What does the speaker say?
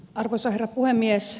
arvoisa herra puhemies